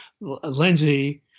Lindsay